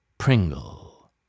Pringle